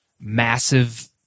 massive